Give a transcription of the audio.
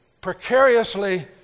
precariously